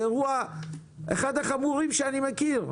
זה אחד האירועים החמורים שאני מכיר.